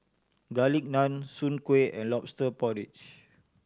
Garlic Naan Soon Kuih and Lobster Porridge